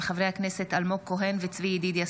מאת חברת הכנסת חוה אתי עטייה,